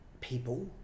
people